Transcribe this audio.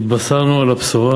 התבשרנו בבשורה